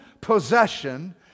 possession